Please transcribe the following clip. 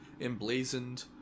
emblazoned